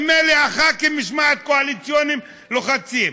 ממילא הח"כים, משמעת קואליציונית, לוחצים.